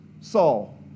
Saul